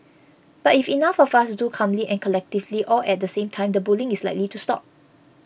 but if enough of us do calmly and collectively all at the same time the bullying is likely to stop